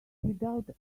without